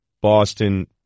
Boston